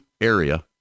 area